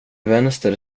vänster